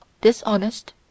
dishonest